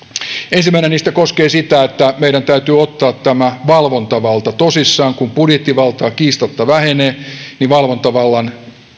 ensimmäinen niistä koskee sitä että meidän täytyy ottaa tämä valvontavalta tosissaan kun budjettivalta kiistatta vähenee niin valvontavallan